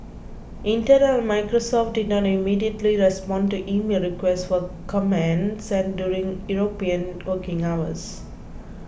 Intel and Microsoft did not immediately respond to emailed requests for comment sent during European working hours